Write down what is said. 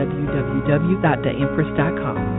www.TheEmpress.com